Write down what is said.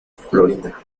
florida